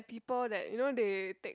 people that you know they take